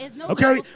okay